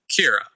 Kira